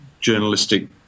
journalistic